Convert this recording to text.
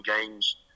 games